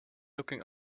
looking